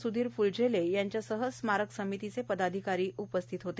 सुधीर फूलझेले यांच्यासह स्मारक समितीचे पदाधिकारी उपस्थित होते